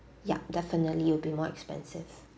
yup definitely it will be more expensive